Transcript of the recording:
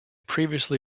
previously